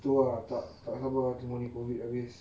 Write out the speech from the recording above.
tu ah tak tak sabar tunggu ni COVID habis